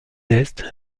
est